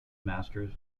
master